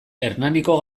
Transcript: hernaniko